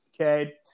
Okay